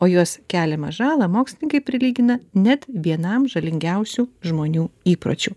o jos keliamą žalą mokslininkai prilygina net vienam žalingiausių žmonių įpročių